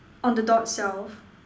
on the door itself